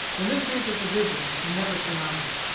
the mysteries of division he never surmounted.